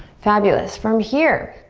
fabulous. from here,